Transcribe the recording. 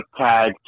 tag